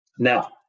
Now